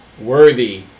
Worthy